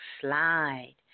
slide